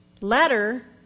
letter